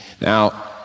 Now